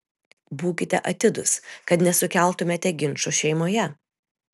būkite atidūs kad nesukeltumėte ginčų šeimoje